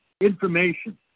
information